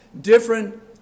different